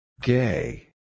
Gay